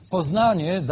Poznanie